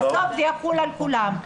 בסוף זה יחול על כולם.